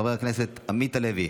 חבר הכנסת עמית הלוי,